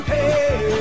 Hey